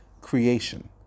creation